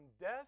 death